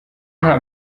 nta